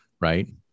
Right